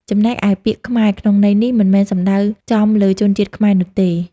ចំណែកឯ ពាក្យ "ខ្មែរ" ក្នុងន័យនេះ មិនមែនសំដៅចំលើជនជាតិខ្មែរនោះទេ។